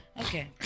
Okay